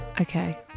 okay